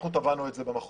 אנחנו קבענו את זה במחוז,